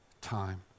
time